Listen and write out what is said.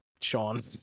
Sean